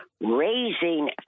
raising